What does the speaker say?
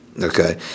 okay